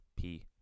-P